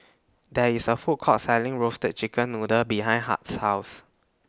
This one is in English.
There IS A Food Court Selling Roasted Chicken Noodle behind Hart's House